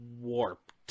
warped